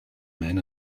men